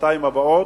לשנתיים הבאות.